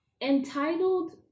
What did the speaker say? Entitled